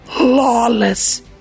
lawless